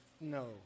No